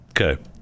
Okay